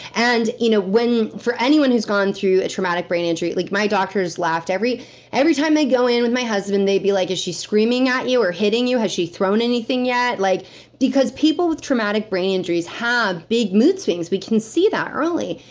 and, you know for anyone who's gone through a traumatic brain injury, like my doctors laughed. every every time they'd go in, with my husband, they'd be like, is she screaming at you or hitting you? has she thrown anything yet? like because people with traumatic brain injuries have big mood swings. we can see that early.